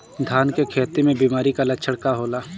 धान के खेती में बिमारी का लक्षण का होला?